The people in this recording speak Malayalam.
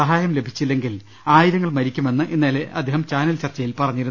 സഹായം ലഭിച്ചില്ലെങ്കിൽ ആയിരങ്ങൾ മരിക്കുമെന്ന് ഇന്നലെ അദ്ദേഹം ചാനൽ ചർച്ചയിൽ പറഞ്ഞിരുന്നു